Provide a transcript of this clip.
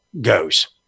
goes